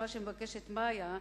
מה שמבקשת מאיה,